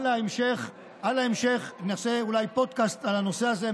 על ההמשך נעשה אולי פודקאסט על הנושא הזה,